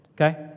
okay